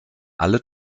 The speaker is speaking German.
alle